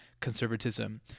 conservatism